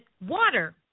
water